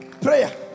Prayer